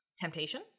temptation